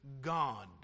God